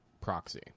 proxy